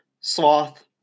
sloth